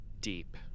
deep